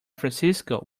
francisco